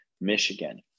Michigan